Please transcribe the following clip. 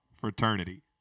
fraternity